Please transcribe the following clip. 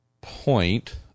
point